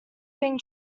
being